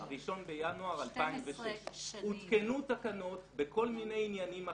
ה-1 בינואר 2006. הותקנו תקנות בכל מיני עניינים אחרים,